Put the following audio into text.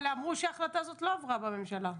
אבל אמרו שההחלטה הזאת לא עברה בממשלה.